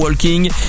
Walking